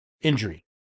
injury